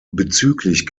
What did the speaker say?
bezüglich